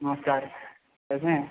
नमस्कार कैसे हैं